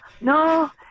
no